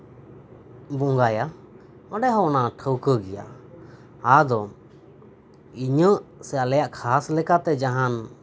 ᱵᱚᱸᱜᱟᱭᱟ ᱚᱸᱰᱮ ᱦᱚ ᱚᱱᱟ ᱴᱷᱟᱹᱣᱠᱟᱹ ᱜᱮᱭᱟ ᱟᱫᱚ ᱤᱧᱟᱹᱜ ᱥᱮ ᱟᱞᱮᱭᱟᱜ ᱠᱷᱟᱥ ᱞᱮᱠᱟᱛᱮ ᱡᱟᱦᱟᱱ